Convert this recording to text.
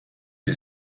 des